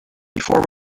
before